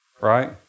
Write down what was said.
Right